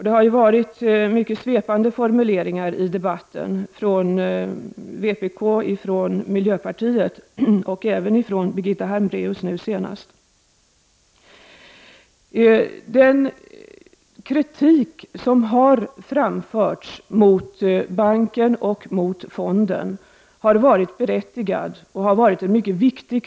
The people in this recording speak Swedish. Det har varit mycket svepande formuleringar i debatten från vpk, miljöpartiet och nu senast även från Birgitta Hambraeus. Jag vill understryka att den kritik som har framförts mot banken och mot fonden har varit berättigad och mycket viktig.